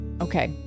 Okay